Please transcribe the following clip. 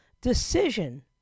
decision